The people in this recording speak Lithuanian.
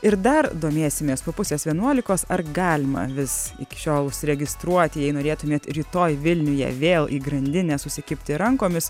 ir dar domėsimės po pusės vienuolikos ar galima vis iki šiol užsiregistruoti jei norėtumėt rytoj vilniuje vėl į grandinę susikibti rankomis